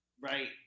right